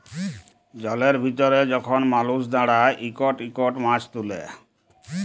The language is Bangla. জলের ভিতরে যখল মালুস দাঁড়ায় ইকট ইকট মাছ তুলে